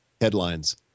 Headlines